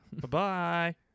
Bye-bye